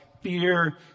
fear